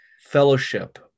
fellowship